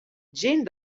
gent